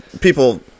people